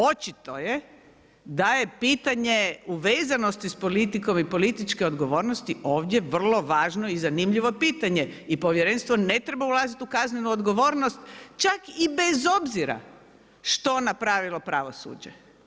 Očito je da je pitanje uvezenosti sa politikom i političke odgovornosti ovdje vrlo važno i zanimljivo pitanje i Povjerenstvo ne treba ulaziti u kaznenu odgovornost čak i bez obzira što napravilo pravosuđe.